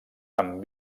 amb